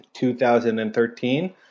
2013